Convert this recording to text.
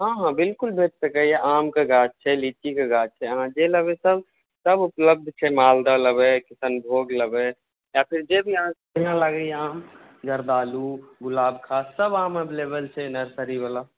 हँ हंँ बिल्कुल भेट सकैया आमके गाछ छै लीचीके गाछ छै अहाँ जे लेबै सभ उपलब्ध छै मालदह लेबै किशनभोग लेबै या फेर जे भी अहाँके बढ़िऑं लागैया अहाँ जर्दालु गुलाबखास सभ आम एविलेबल छै नर्सरी वाला